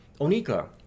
onika